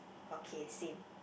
okay same